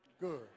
Good